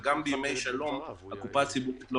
וצריך לזכור שגם בימי שלום הקופה הציבורית לא